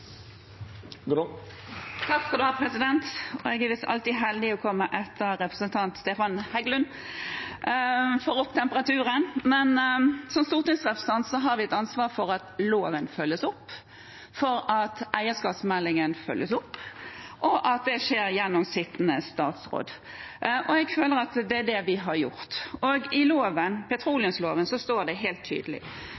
Jeg er visst alltid så heldig å få komme etter representanten Stefan Heggelund. Det får opp temperaturen. Som stortingsrepresentanter har vi et ansvar for at loven følges opp, for at eierskapsmeldingen følges opp, og for at det skjer gjennom sittende statsråd. Jeg føler at det er det vi har gjort. I petroleumsloven står det helt tydelig: «Petroleumsressursene skal forvaltes i